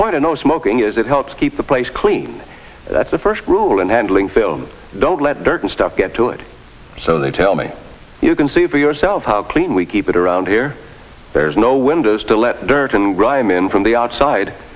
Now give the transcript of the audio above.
point of no smoking is it helps keep the place clean that's the first rule in handling film don't let dirt and stuff get to it so they tell me you can see for yourself how clean we keep it around here there's no windows to let dirt and grime in from the outside